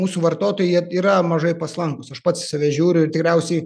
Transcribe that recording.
mūsų vartotojai jie yra mažai paslankūs aš pats į save žiūriu ir tikriausiai